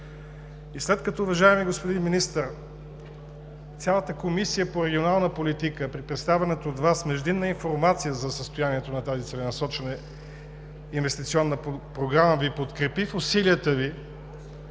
и след като, уважаеми господин Министър, цялата Комисия по регионална политика при представената от Вас междинна информация за състоянието на тази целенасочена инвестиционна програма Ви подкрепи в усилията Ви